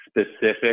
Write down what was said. specific